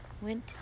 Went